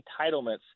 entitlements